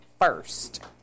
first